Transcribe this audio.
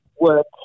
work